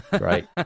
Right